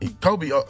Kobe